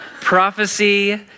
prophecy